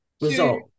result